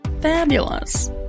Fabulous